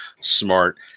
smart